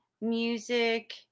music